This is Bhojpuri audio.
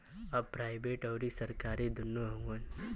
अब प्राइवेट अउर सरकारी दुन्नो हउवन